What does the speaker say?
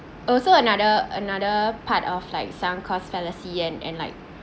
also another another part of like sound cause fallacy and and like